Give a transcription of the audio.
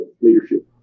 leadership